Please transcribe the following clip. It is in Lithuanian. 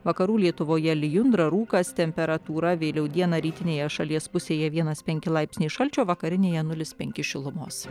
vakarų lietuvoje lijundra rūkas temperatūra vėliau dieną rytinėje šalies pusėje vienas penki laipsniai šalčio vakarinėje nulis penki šilumos